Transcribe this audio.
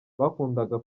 bakundaga